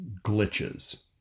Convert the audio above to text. glitches